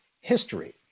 history